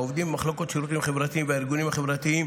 העובדים במחלוקות לשירותים חברתיים והארגונים החברתיים